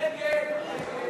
הצעת סיעת